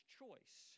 choice